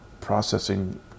processing